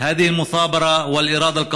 ההצלחה הזאת היא תוצאה של